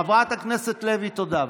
חברת הכנסת לוי, תודה.